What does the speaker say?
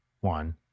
one